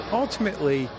ultimately